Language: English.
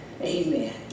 Amen